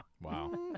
Wow